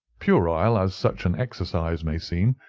puerile as such an exercise may seem,